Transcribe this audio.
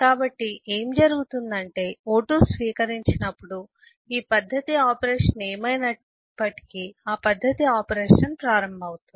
కాబట్టి ఏమి జరుగుతుంది అంటే O2 స్వీకరించినప్పుడు ఈ పద్ధతి ఆపరేషన్ ఏమైనప్పటికీ ఆ పద్ధతి ఆపరేషన్ ప్రారంభమవుతుంది